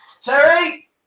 Terry